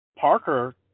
Parker